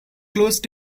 close